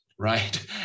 right